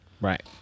Right